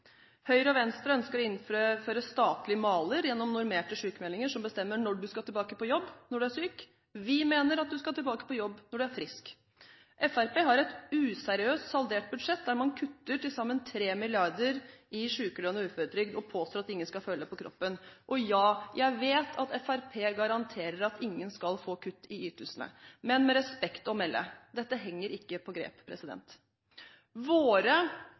Høyre og Venstre ønsker å innføre statlige maler gjennom normerte sykmeldinger som bestemmer når du skal tilbake på jobb når du er syk. Vi mener at du skal tilbake på jobb når du er frisk. Fremskrittspartiet har et useriøst saldert budsjett, der man kutter til sammen 3 mrd. kr i sykelønn og uføretrygd og påstår at ingen skal føle det på kroppen. Ja, jeg vet at Fremskrittspartiet garanterer at ingen skal få kutt i ytelsene, men, med respekt å melde, dette henger ikke på grep. Våre